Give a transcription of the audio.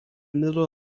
middle